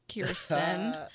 Kirsten